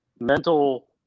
mental